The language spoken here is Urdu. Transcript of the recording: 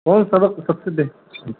کون سڑک سب سے